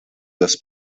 los